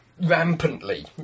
Rampantly